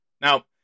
Now